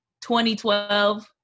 2012